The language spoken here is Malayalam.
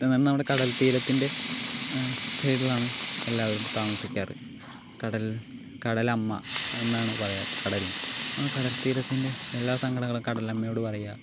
അന്നവിടെ കടൽ തീരത്തിൻ്റെ സൈഡിലാണ് എല്ലാവരും താമസിക്കാറ് കടൽ കടലമ്മ എന്നാണ് പറയാറ് കടൽ കടൽ തീരത്തിൻ്റെ എല്ലാ സങ്കടങ്ങളും കടലമ്മയോട് പറയുക